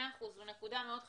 זו נקודה מאוד חשובה,